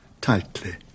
tightly